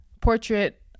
portrait